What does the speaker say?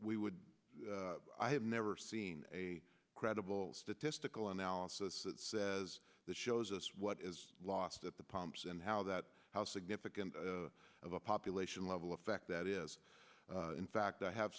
we would have never seen a credible statistical analysis that says that shows us what is lost at the pumps and how that how significant of a population level effect that is in fact i have